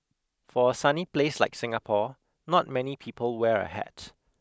for a sunny place like Singapore not many people wear a hat